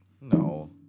No